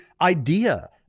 idea